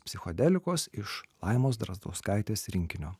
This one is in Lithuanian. psichodelikos iš laimos drazdauskaitės rinkinio